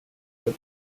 for